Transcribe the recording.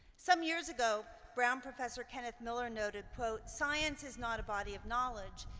some years ago, brown professor kenneth miller noted, quote, science is not a body of knowledge,